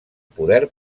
poder